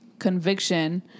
conviction